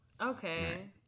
okay